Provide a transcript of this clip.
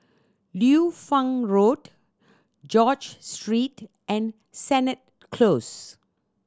Liu Fang Road George Street and Sennett Close